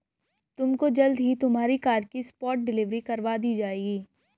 तुमको जल्द ही तुम्हारी कार की स्पॉट डिलीवरी करवा दी जाएगी